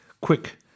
quick